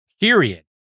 period